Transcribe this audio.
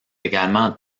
également